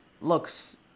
looks